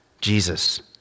Jesus